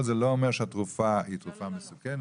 פרוצטמול זה לא אומר שהתרופה היא תרופה מסוכנת.